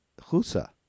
Husa